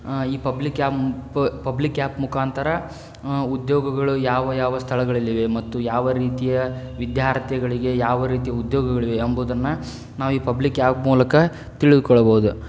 ಈ public app public app ಮುಖಾಂತರ ಉದ್ಯೋಗಗಳು ಯಾವ ಯಾವ ಸ್ಥಳಗಳಲ್ಲಿವೆ ಮತ್ತು ಯಾವ ರೀತಿಯ ವಿದ್ಯಾರ್ಥಿಗಳಿಗೆ ಯಾವ ರೀತಿ ಉದ್ಯೋಗಗಳಿವೆ ಎಂಬುದನ್ನು ನಾವು ಈ ಪಬ್ಲಿಕ್ ಆ್ಯಪ್ ಮೂಲಕ ತಿಳಿದುಕೊಳ್ಬೌದು